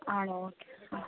ആണോ